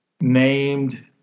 named